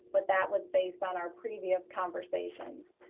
but that was based on our previous conversations.